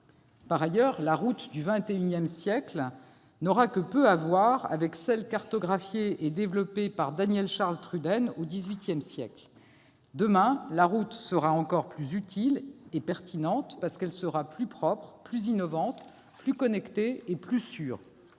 Par ailleurs, la route du XXI siècle n'aura que peu à voir avec celle qui a été cartographiée et développée par Daniel-Charles Trudaine au XVIII siècle. Demain, la route sera encore plus utile et pertinente, parce qu'elle sera plus propre, plus innovante, plus connectée et plus sûre.